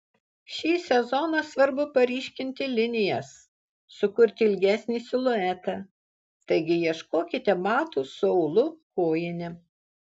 šį sezoną svarbu paryškinti linijas sukurti ilgesnį siluetą taigi ieškokite batų su aulu kojine